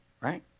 Right